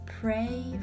Pray